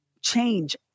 change